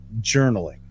journaling